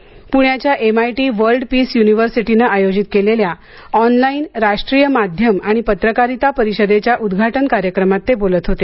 प्ण्याच्या MIT world peace युनिव्हर्सिटीनं आयोजित केलेल्या ऑनलाईन राष्ट्रीय माध्यम आणि पत्रकारिता परिषदेच्या उद्घाटन कार्यक्रमात ते बोलत होते